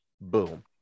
Boom